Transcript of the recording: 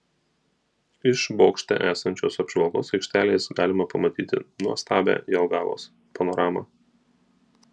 iš bokšte esančios apžvalgos aikštelės galima pamatyti nuostabią jelgavos panoramą